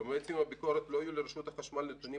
במועד סיום הביקורת לא היו לרשות החשמל נתונים